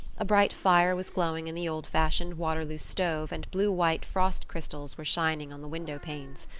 a bright fire was glowing in the old-fashioned waterloo stove and blue-white frost crystals were shining on the windowpanes.